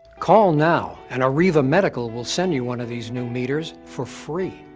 call now and arriva medical will send you one of these new meters for free